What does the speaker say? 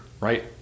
right